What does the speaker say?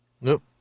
Nope